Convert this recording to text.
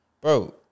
bro